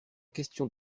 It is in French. question